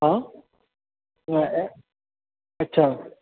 हँ अच्छा